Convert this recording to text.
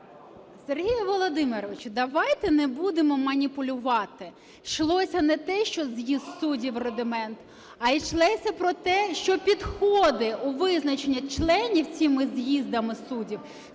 Сергію Володимировичу, давайте не будемо маніпулювати. Йшлося не те, що з'їзд суддів – рудимент, а йшлося про те, що підходи у визначенні членів цими з'їздами суддів –